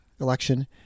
election